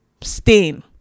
stain